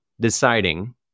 deciding